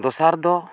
ᱫᱚᱥᱟᱨ ᱫᱚ